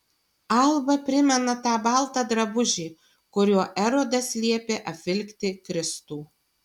alba primena tą baltą drabužį kuriuo erodas liepė apvilkti kristų